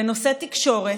בנושא תקשורת,